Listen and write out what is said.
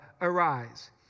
arise